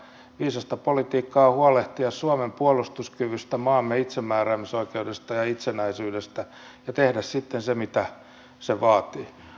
viisasta politiikkaa on huolehtia suomen puolustuskyvystä maamme itsemääräämisoikeudesta ja itsenäisyydestä ja tehdä sitten se mitä se vaatii